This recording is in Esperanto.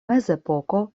mezepoko